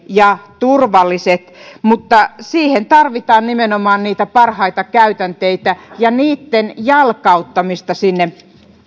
ja turvalliset mutta siihen tarvitaan nimenomaan niitä parhaita käytänteitä ja niitten jalkauttamista sinne